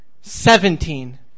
Seventeen